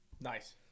Nice